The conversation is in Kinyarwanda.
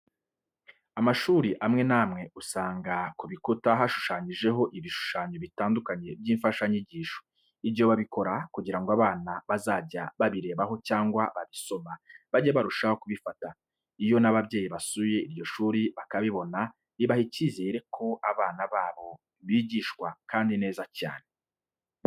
Amashuri amwe n'amwe usanga kubikuta hashushanyijeho ibishushanyo bitandukanye by'imfashanyigisho, ibyo babikora kugira ngo abana bazajya babirebaho cyangwa babisoma bajye barushaho kubifata. Iyo n'ababyeyi basuye iryo shuri bakabibona bibaha icyizere ko abana babo bijyishwa kandi neza cyane.